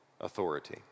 authority